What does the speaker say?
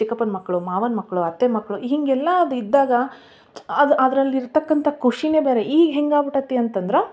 ಚಿಕ್ಕಪ್ಪನ ಮಕ್ಕಳು ಮಾವನ ಮಕ್ಕಳು ಅತ್ತೆ ಮಕ್ಕಳು ಹೀಗೆಲ್ಲ ಅದು ಇದ್ದಾಗ ಅದರಲ್ಲಿ ಇರ್ತಕ್ಕಂಥ ಖುಷಿಯೇ ಬೇರೆ ಈಗ ಹೆಂಗಾಗ್ಬಿಟ್ಟೈತಿ ಅಂತಂದ್ರೆ